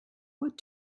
what